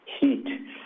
heat